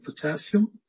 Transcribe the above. potassium